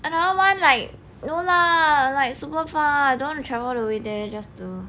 another one like no lah like super far don't want to travel all the way there just to